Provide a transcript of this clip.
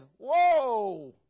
Whoa